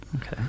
Okay